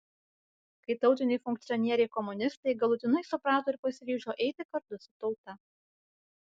kai tautiniai funkcionieriai komunistai galutinai suprato ir pasiryžo eiti kartu su tauta